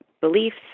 beliefs